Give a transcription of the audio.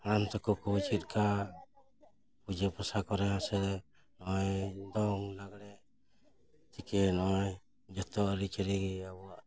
ᱦᱟᱲᱟᱢ ᱛᱟᱠᱚ ᱠᱚ ᱪᱮᱫ ᱞᱮᱠᱟ ᱯᱩᱡᱟᱹ ᱯᱟᱥᱟ ᱠᱚᱨᱮ ᱦᱚᱸ ᱥᱮ ᱱᱚᱜᱼᱚᱭ ᱫᱚᱝ ᱞᱟᱜᱽᱬᱮ ᱪᱤᱠᱟᱹ ᱱᱚᱜᱚᱭ ᱡᱚᱛᱚ ᱟᱹᱨᱤ ᱪᱟᱹᱞᱤ ᱜᱮ ᱟᱵᱚᱣᱟᱜ ᱫᱚ